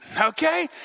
Okay